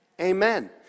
Amen